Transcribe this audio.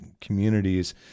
communities